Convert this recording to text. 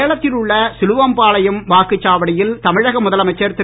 சேலத்தில் உள்ள சிலுவம்பாளையம் வாக்குச்சாவடியில் தமிழக முதலமைச்சர் திரு